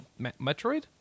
Metroid